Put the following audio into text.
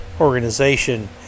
organization